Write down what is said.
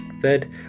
Third